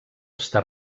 està